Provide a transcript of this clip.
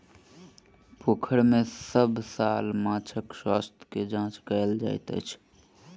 पोखैर में सभ साल माँछक स्वास्थ्य के जांच कएल जाइत अछि